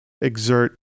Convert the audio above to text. exert